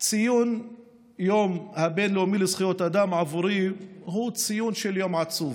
ציון היום הבין-לאומי לזכויות אדם עבורי הוא ציון של יום עצוב.